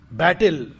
battle